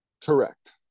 Correct